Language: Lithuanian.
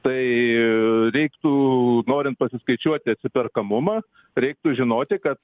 tai reiktų norint pasiskaičiuoti atsiperkamumą reiktų žinoti kad